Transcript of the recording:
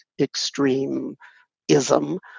extreme-ism